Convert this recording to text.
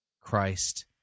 Christ